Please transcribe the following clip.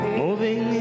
moving